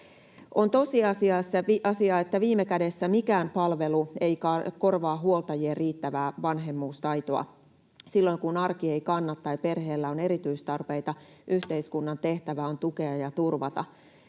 On tosiasia, että viime kädessä mikään palvelu ei korvaa huoltajien riittävää vanhemmuustaitoa. Silloin, kun arki ei kanna tai perheellä on erityistarpeita, yhteiskunnan tehtävä on tukea ja turvata.